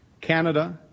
Canada